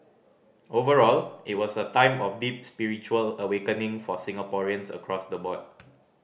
overall it was a time of deep spiritual awakening for Singaporeans across the board